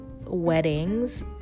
weddings